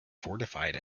fortified